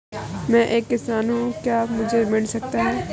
मैं एक किसान हूँ क्या मुझे ऋण मिल सकता है?